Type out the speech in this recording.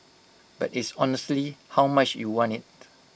but it's honestly how much you want IT